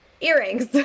earrings